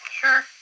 Sure